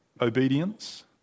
obedience